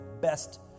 best